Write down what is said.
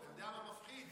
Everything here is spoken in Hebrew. אתה יודע מה מפחיד?